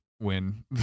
win